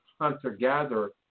hunter-gatherer